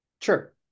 Sure